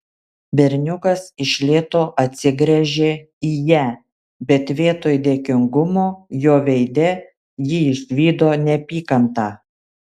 berniukas iš lėto atsigręžė į ją bet vietoj dėkingumo jo veide ji išvydo neapykantą